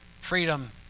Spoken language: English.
freedom